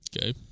Okay